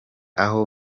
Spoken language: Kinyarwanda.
aho